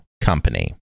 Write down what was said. company